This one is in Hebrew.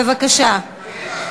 בבקשה.